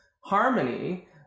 harmony